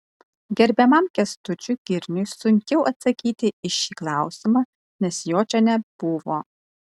gerbiamam kęstučiui girniui sunkiau atsakyti į šį klausimą nes jo čia nebuvo